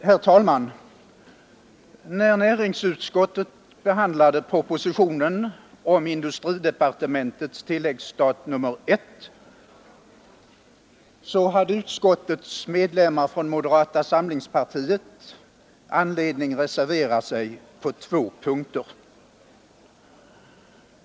Herr talman! Då näringsutskottet behandlade propositionen om industridepartementets tilläggsstat I hade utskottets medlemmar från moderata samlingspartiet anledning reservera sig på två punkter.